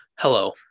Hello